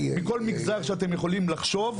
מכל מגזר שאתם יכולים לחשוב,